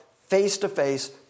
face-to-face